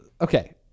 Okay